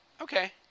Okay